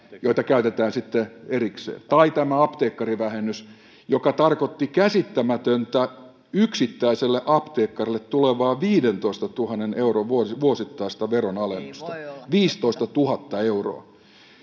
joita käytetään erikseen tai tämä apteekkarivähennys joka tarkoitti käsittämätöntä yksittäiselle apteekkarille tulevaa viidentoistatuhannen euron vuosittaista veronalennusta viisitoistatuhatta euroa